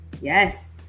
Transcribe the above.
yes